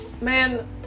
Man